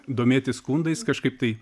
domėtis skundais kažkaip tai